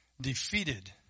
defeated